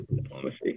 diplomacy